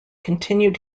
continued